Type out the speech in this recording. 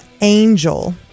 Angel